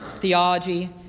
theology